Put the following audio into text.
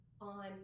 on